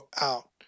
out